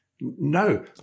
No